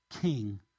king